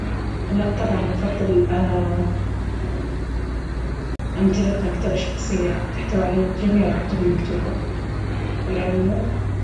لا طبعا أفضل أمتلك مكتبة شخصية تحتوي على جميع الكتب المكتوبة... العلم نور.